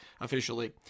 officially